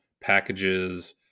packages